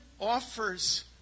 offers